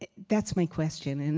that's my question. and